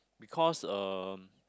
because um